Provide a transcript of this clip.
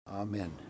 Amen